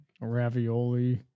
Ravioli